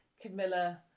Camilla